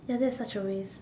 ya that's such a waste